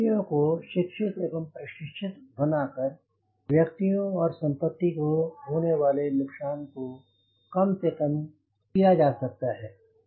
नियम बनाकर व्यक्तियों को शिक्षित एवं प्रशिक्षित कर व्यक्तियों और संपत्ति को होने वाले नुकसान को कम से कम किया जा सकता है